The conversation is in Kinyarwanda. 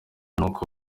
n’uko